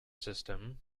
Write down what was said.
system